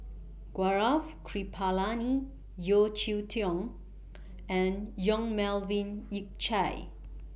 Gaurav Kripalani Yeo Cheow Tong and Yong Melvin Yik Chye